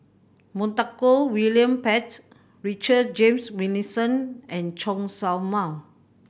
Montague William Pett Richard James Wilkinson and Chen Show Mao